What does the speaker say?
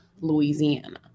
Louisiana